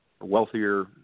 wealthier